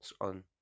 on